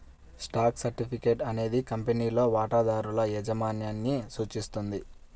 stock certificate అనేది కంపెనీలో వాటాదారుల యాజమాన్యాన్ని సూచిస్తుంది